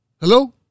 Hello